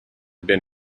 been